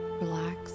relax